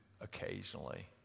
occasionally